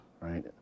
right